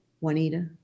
Juanita